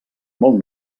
molt